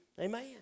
Amen